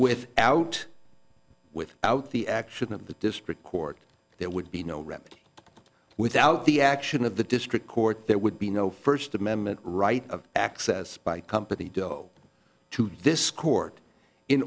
with out with out the action of the district court there would be no remedy without the action of the district court there would be no first amendment right of access by company doe to this court in